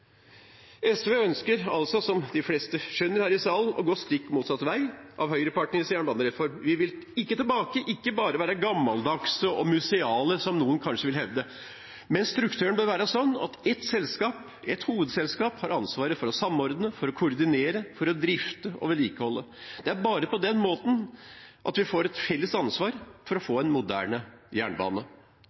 SV ønsker altså, som de fleste skjønner her i salen, å gå stikk motsatt vei av høyrepartienes jernbanereform. Vi vil ikke tilbake, ikke bare være gammeldagse og museale, som noen kanskje vil hevde, men strukturen bør være sånn at ett selskap, ett hovedselskap, har ansvaret for å samordne, for å koordinere, for å drifte og vedlikeholde. Det er bare på den måten at vi får et felles ansvar for å få en moderne jernbane.